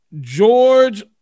George